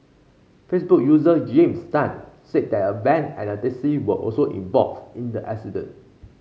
Facebook user James Tan said that a van and a taxi were also involved in the accident